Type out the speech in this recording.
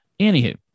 Anywho